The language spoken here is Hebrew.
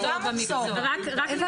יושבת